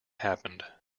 happened